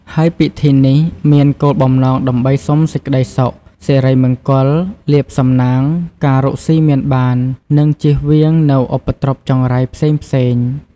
ហើយពិធីនេះមានគោលបំណងដើម្បីសុំសេចក្តីសុខ សិរីមង្គល លាភសំណាង ការរកស៊ីមានបាន និងចៀសវាងនូវឧបទ្រពចង្រៃផ្សេងៗ។